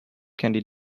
candy